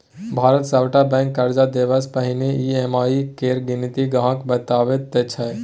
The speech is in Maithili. भारतक सभटा बैंक कर्ज देबासँ पहिने ई.एम.आई केर गिनती ग्राहकेँ बताबैत छै